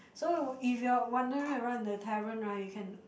so were if you're wondering around in the tavern right you can